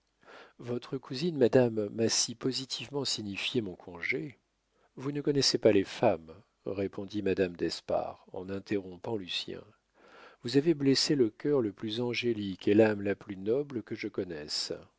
votre cousine madame m'a si positivement signifié mon congé vous ne connaissez pas les femmes répondit madame d'espard en interrompant lucien vous avez blessé le cœur le plus angélique et l'âme la plus noble que je connaisse